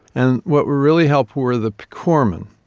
and what were really helpful were the corpsmen,